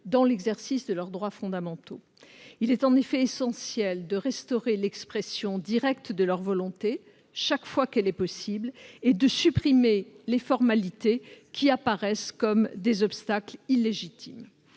dans l'exercice de leurs droits fondamentaux. Il est essentiel de restaurer l'expression directe de leur volonté, chaque fois qu'elle est possible, et de supprimer les formalités qui apparaissent comme des obstacles illégitimes.